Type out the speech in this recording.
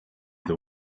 the